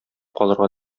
калырга